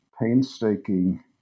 painstaking